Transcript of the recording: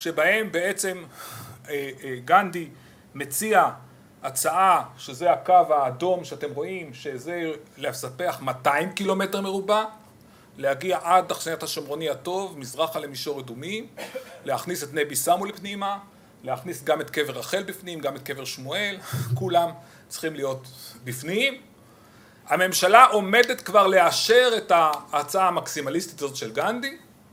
‫שבהם בעצם גנדי מציע הצעה, ‫שזה הקו האדום שאתם רואים, ‫שזה לספח 200 קילומטר מרובע, ‫להגיע עד דחסניית השומרוני הטוב, ‫מזרח למישור אדומים, ‫להכניס את נבי-סמואל לפנימה, ‫להכניס גם את קבר רחל בפנים, ‫גם את קבר שמואל, ‫כולם צריכים להיות בפנים. ‫הממשלה עומדת כבר לאשר ‫את ההצעה המקסימליסטית הזאת של גנדי.